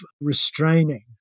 restraining